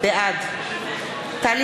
בעד טלי